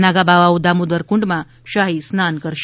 નાગા બાવાઓ દામોદર કુંડમાં શાહી સ્નાન કરશે